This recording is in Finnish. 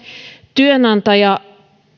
työnantaja